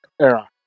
era